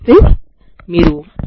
ఇది అక్షాంశం అవుతుంది సరేనా